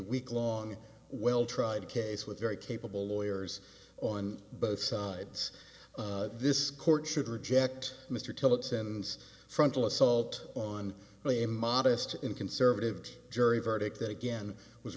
week long well tried case with very capable lawyers on both sides this court should reject mr tillotson and frontal assault on a modest in conservative jury verdict that again was